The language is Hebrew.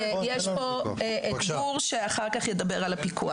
ונמצא פה גור שאחר כך ידבר על הפיקוח.